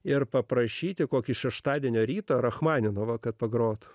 ir paprašyti kokį šeštadienio rytą rachmaninovą kad pagroti